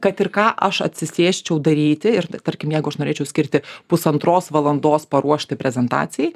kad ir ką aš atsisėsčiau daryti ir tarkim jeigu aš norėčiau skirti pusantros valandos paruošti prezentacijai